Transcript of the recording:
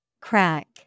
Crack